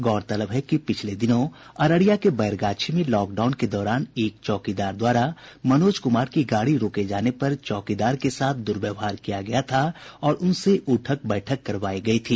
गौरतलब है कि पिछले दिनों अररिया के बैरगाछी में लॉकडाउन के दौरान एक चौकीदार द्वारा मनोज कुमार की गाड़ी को रोके जाने पर चौकीदार के साथ दुर्व्यवहार किया गया था और उनसे उठक बैठक करवायी गयी थी